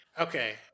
okay